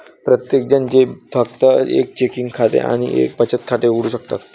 प्रत्येकजण जे फक्त एक चेकिंग खाते आणि एक बचत खाते उघडू शकतात